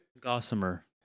Gossamer